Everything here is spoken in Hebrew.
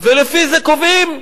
ולפי זה קובעים,